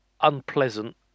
unpleasant